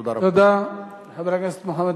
תודה רבה.